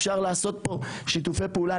אפשר לעשות פה שיתופי פעולה.